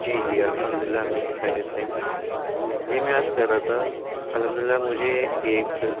جی جی الحمدللہ ہم بھی خیریت سے ہیں جی میں عرض کر رہا تھا الحمدللہ مجھے ایک